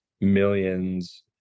Millions